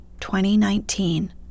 2019